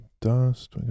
dust